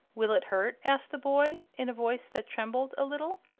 will it hurt? asked the boy, in a voice that trembled a little.